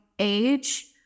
age